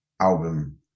album